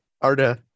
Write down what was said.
Arda